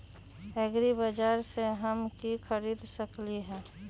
एग्रीबाजार से हम की की खरीद सकलियै ह?